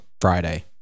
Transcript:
friday